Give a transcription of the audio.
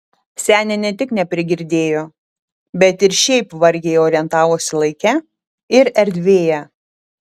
senė ne tik neprigirdėjo bet ir šiaip vargiai orientavosi laike ir erdvėje